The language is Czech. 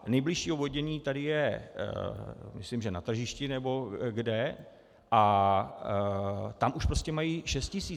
Nejbližší oddělení tady je myslím Na Tržišti nebo kde a tam už prostě mají 6 tisíc.